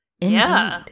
Indeed